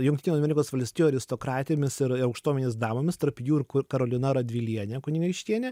jungtinių amerikos valstijų aristokratėmis ir aukštuomenės damomis tarp jų ir kur karolina radvilienė kunigaikštienė